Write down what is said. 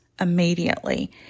immediately